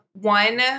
one